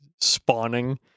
spawning